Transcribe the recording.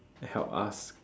help us